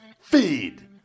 Feed